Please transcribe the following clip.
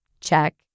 Check